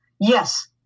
Yes